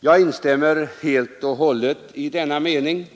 Jag instämmer helt i den citerade meningen.